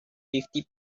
fifty